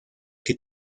que